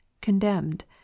condemned